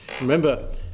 Remember